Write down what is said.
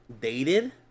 dated